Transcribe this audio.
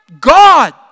God